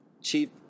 chief